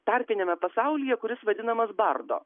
tarpiniame pasaulyje kuris vadinamas bardo